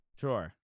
Sure